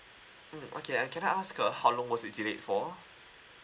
mm okay uh can I ask uh how long was it delayed for